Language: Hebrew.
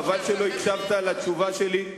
חבל שלא הקשבת לתשובה שלי,